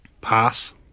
Pass